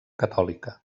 catòlica